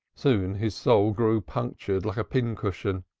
soon his soul grew punctured like a pin-cushion.